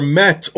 met